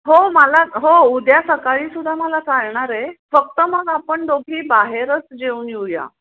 हो मला हो उद्या सकाळी सुद्धा मला चालणार आहे फक्त मग आपण दोघी बाहेरच जेऊन येऊया